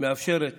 מאפשרת